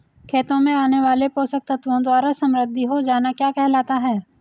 खेतों में आने वाले पोषक तत्वों द्वारा समृद्धि हो जाना क्या कहलाता है?